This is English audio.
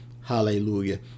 hallelujah